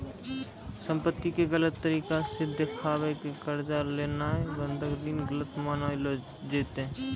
संपत्ति के गलत तरिका से देखाय के कर्जा लेनाय बंधक ऋण गलत मानलो जैतै